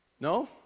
No